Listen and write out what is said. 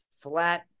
flat